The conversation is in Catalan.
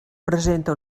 presenta